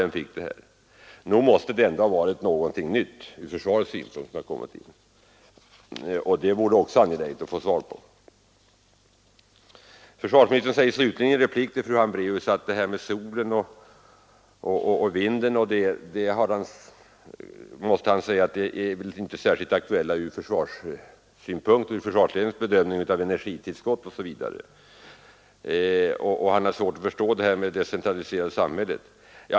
Nog måste det ändå vara något nytt från försvarets synpunkt som har kommit in? Försvarsministern säger slutligen i en replik till fru Hambraeus att det här med solen och vinden inte är särskilt aktuellt från försvarets synpunkt och för försvarets bedömning av energitillskott. Han har svårt att begripa detta med det decentraliserade samhället.